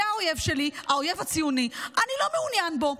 זה האויב שלי, האויב הציוני, אני לא מעוניין בו.